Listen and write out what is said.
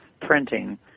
printing